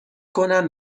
کنم